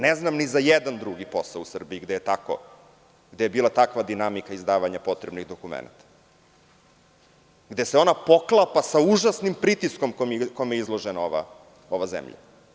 Ne znam ni za jedan drugi posao u Srbiji gde je bila takva dinamika izdavanja potrebnih dokumenata, gde se ona poklapa sa užasnim pritiskom kome je izložena ova zemlja.